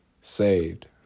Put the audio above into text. saved